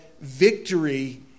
victory